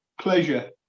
pleasure